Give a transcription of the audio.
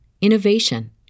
innovation